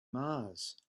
mars